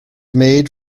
made